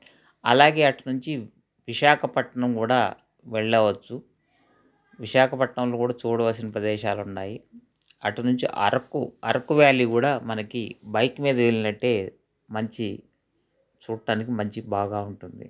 అలాగే అటునుంచి విశాఖపట్నం కూడా వెళ్ళవచ్చు విశాఖపట్నంలో కూడా చూడవలసిన ప్రదేశాలున్నాయి అటునుంచి అరకు అరకు వ్యాలీ కూడా మనకి బైక్ మీద వెళ్ళినట్టే మంచి చూట్టానికి మంచి బాగా ఉంటుంది